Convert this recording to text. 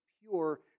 pure